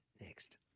next